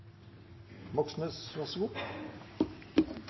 Moxnes var så